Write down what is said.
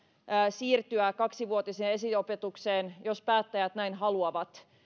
siirtyä kaksivuotiseen esiopetukseen jos päättäjät näin haluavat